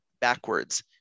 backwards